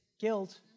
guilt